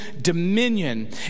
dominion